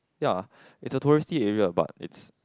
ya is a touristy area but its